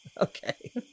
Okay